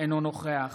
אינו נוכח